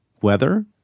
weather